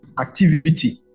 activity